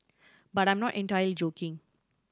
but I am not entirely joking